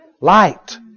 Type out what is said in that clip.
Light